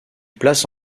place